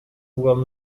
will